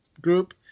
group